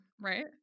right